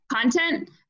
content